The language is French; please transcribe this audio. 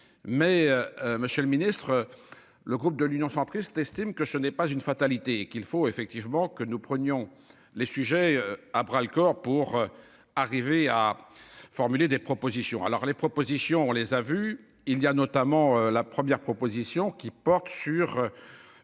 Mais Monsieur le Ministre. Le groupe de l'Union centriste estime que ce n'est pas une fatalité et qu'il faut effectivement que nous prenions les sujets à bras le corps pour arriver à formuler des propositions. Alors les propositions. On les a vus il y a notamment la première proposition qui porte sur.